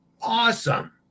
Awesome